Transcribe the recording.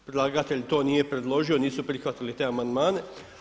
Predlagatelj to nije predložio, nisu prihvatili te amandmane.